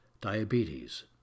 diabetes